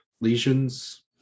lesions